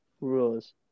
Rules